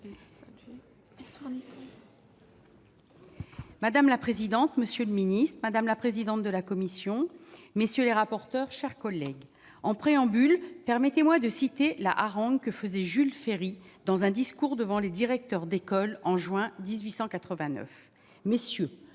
Madame la présidente, monsieur le ministre, madame la présidente de la commission, messieurs les rapporteurs, chers collègues, en préambule, permettez-moi de citer la harangue que faisait Jules Ferry, dans un discours devant les directeurs d'école en juin 1889 messieurs,